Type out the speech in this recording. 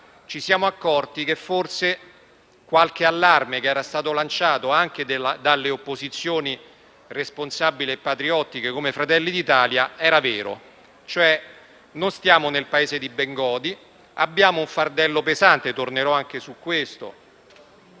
vi siete accorti che forse qualche allarme che era stato lanciato anche dalle opposizioni responsabili e patriottiche come Fratelli d'Italia era vero. Non siamo cioè nel paese di Bengodi, abbiamo un fardello pesante (tornerò anche su questo),